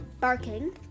barking